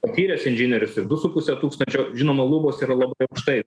patyręs inžinierius ir du su puse tūkstančio žinoma lubos yra labai aukštai